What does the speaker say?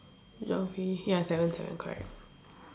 geography ya seven seven correct